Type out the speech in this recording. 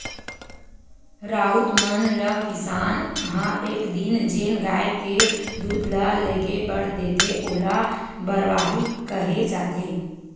राउत मन ल किसान ह एक दिन जेन गाय के दूद ल लेगे बर देथे ओला बरवाही केहे जाथे